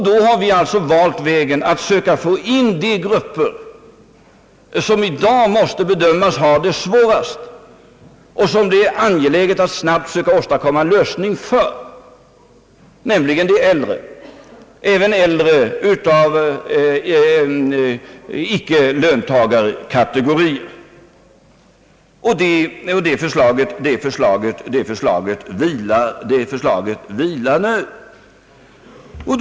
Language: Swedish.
Då har vi alltså valt utvägen att söka få med de grupper som i dag måste anses ha det svårast och som det är angeläget att snabbt åstadkomma en lösning för, nämligen de äldre — även äldre som inte tillhör löntagarkategorierna. Det förslaget ligger nu på riksdagens bord.